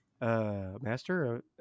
Master